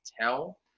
tell